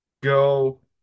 go